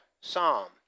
psalm